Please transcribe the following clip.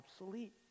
obsolete